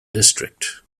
district